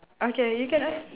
okay you can ask